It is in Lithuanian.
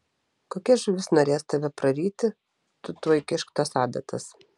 kokia žuvis norės tave praryti tu tuoj kišk tas adatas